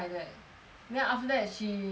then after that she she will come